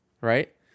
right